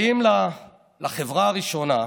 באים לחברה הראשונה,